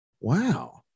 Wow